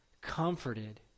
comforted